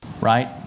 right